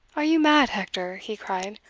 are you mad, hector? he cried,